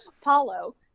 Paulo